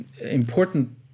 important